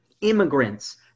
immigrants